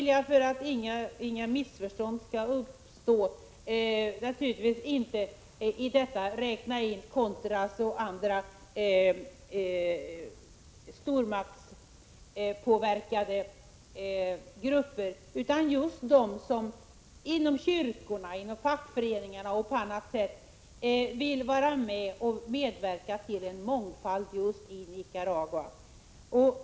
För att inga missförstånd skall uppstå vill jag understryka att contras och andra stormaktspåverkade grupper inte skall räknas till dem, utan det är just dem som inom kyrkorna, inom fackföreningarna och på annat sätt vill medverka till en mångfald i Nicaragua det gäller.